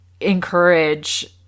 encourage